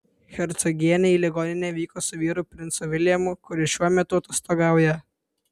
hercogienė į ligoninę vyko su vyru princu viljamu kuris šiuo metu atostogauja